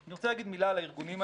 אני רוצה להגיד מילה על הארגונים האלה.